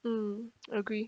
mm agree